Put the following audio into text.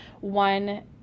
one